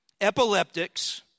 epileptics